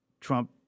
Trump